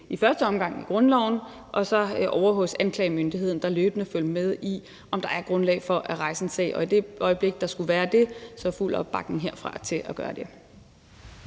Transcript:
i første omgang ligger i grundloven og så ovre hos anklagemyndigheden, der løbende følger med i, om der er grundlag for at rejse en sag. I det øjeblik der skulle være det, er der fuld opbakning herfra til at gøre det.